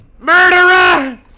murderer